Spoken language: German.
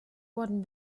wurden